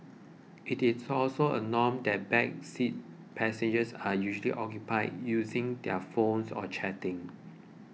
it is also a norm that back seat passengers are usually occupied using their phones or chatting